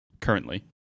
currently